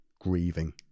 grieving